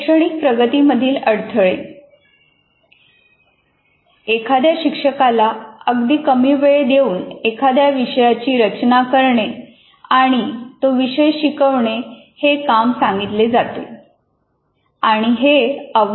शैक्षणिक प्रगती मधले अडथळे एखाद्या शिक्षकाला अगदी कमी वेळ देऊन एखाद्या विषयाची रचना करणे आणि तो विषय शिकवणे हे काम सांगितले जाते आणि हे आव्हानात्मक असते